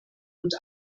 und